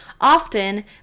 Often